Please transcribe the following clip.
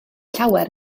llawer